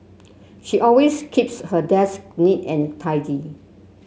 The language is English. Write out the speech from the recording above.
she always keeps her desk neat and tidy